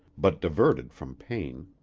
but diverted from pain.